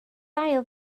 ail